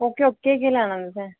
okay okay केह् लैना तुसें